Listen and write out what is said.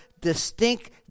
distinct